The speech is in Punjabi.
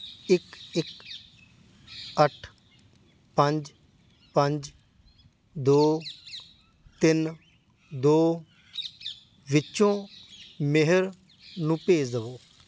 ਇੱਕ ਇੱਕ ਅੱਠ ਪੰਜ ਪੰਜ ਦੋ ਤਿੰਨ ਦੋ ਵਿੱਚੋਂ ਮੇਹਰ ਨੂੰ ਭੇਜ ਦੇਵੋ